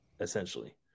essentially